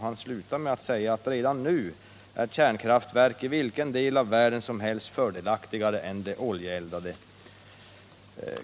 Han slutar med att säga: ”Redan nu är kärnkraftverk i vilken del av världen som helst fördelaktigare än de oljeeldade